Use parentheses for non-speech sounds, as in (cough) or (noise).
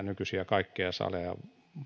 (unintelligible) nykyisiä saleja